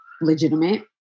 legitimate